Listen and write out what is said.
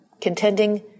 contending